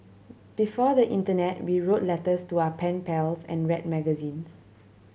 before the internet we wrote letters to our pen pals and read magazines